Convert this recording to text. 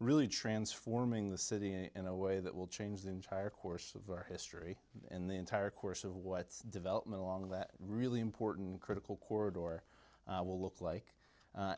really transforming the city in a way that will change the entire course of history in the entire course of what development along that really important critical corridor will look like